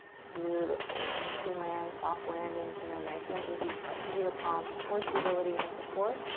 beautiful, once you land, soft landing here. nice and easy, press into your palms for stability and support.